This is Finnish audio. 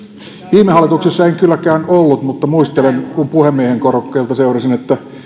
viime hallituksessa en kylläkään ollut mutta muistelen kun puhemiehen korokkeelta seurasin että